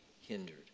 hindered